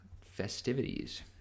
festivities